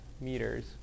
meters